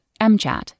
MCHAT